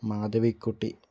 Madhavikutty